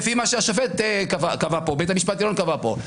לפי מה שבית משפט עליון קבע פה,